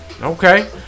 Okay